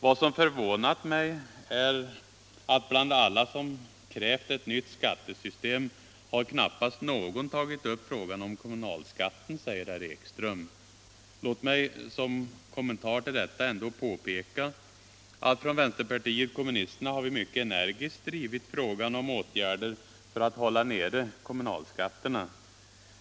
Vad som förvånat mig är att bland alla dem som krävt ett nytt skattesystem har knappast någon tagit upp frågan om kommunalskatten, säger herr Ekström. Låt mig som kommentar till detta ändå påpeka att från vänsterpartiet kommunisterna har vi mycket energiskt drivit frågan om åtgärder för att hålla nera kommunalskatterna.